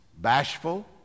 bashful